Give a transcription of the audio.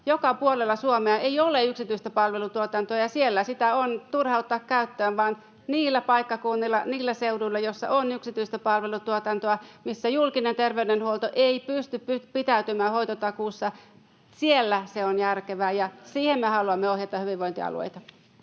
Joka puolella Suomea ei ole yksityistä palvelutuotantoa, ja siellä sitä on turha ottaa käyttöön, mutta niillä paikkakunnilla ja niillä seuduilla, missä on yksityistä palvelutuotantoa ja missä julkinen terveydenhuolto ei pysty pitäytymään hoitotakuussa, se on järkevää, ja siihen me haluamme ohjata hyvinvointialueita.